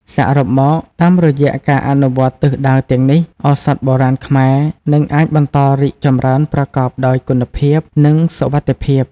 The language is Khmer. សរុបមក តាមរយៈការអនុវត្តទិសដៅទាំងនេះ ឱសថបុរាណខ្មែរនឹងអាចបន្តរីកចម្រើន ប្រកបដោយគុណភាព និងសុវត្ថិភាព។